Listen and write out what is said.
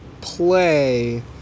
play